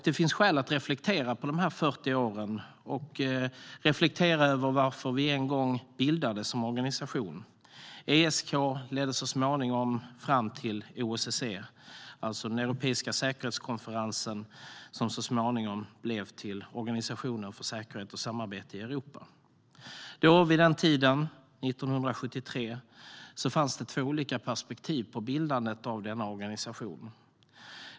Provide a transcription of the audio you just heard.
Det finns skäl att reflektera över dessa 40 år och reflektera över varför organisationen en gång bildades - alltså ESK, Europeiska säkerhetskonferensen, som så småningom blev OSSE, Organisationen för säkerhet och samarbete i Europa. Vid den tiden - 1973 - fanns det två olika perspektiv på bildandet av denna organisation.